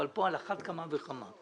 אבל פה על אחת כמה וכמה.